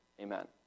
Amen